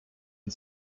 and